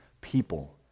people